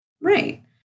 Right